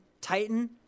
titan